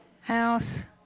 House